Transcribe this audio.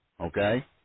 Okay